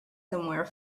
somewhere